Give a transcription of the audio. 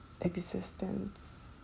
existence